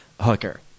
hooker